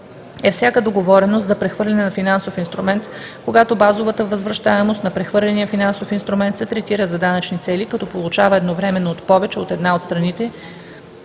е всяка договореност за прехвърляне на финансов инструмент, когато базовата възвръщаемост на прехвърления финансов инструмент се третира за данъчни цели като получена едновременно от повече от една от страните